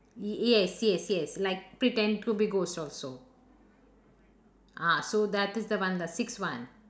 yes yes yes like pretend to be ghost also ah so that is the one the six one